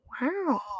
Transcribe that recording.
wow